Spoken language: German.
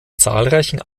zahlreichen